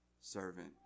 servant